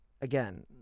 again